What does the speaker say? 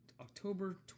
October